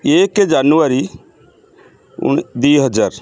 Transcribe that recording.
ଏକ ଜାନୁଆରୀ ଦୁଇ ହଜାର